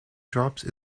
drops